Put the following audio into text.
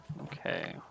Okay